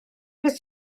beth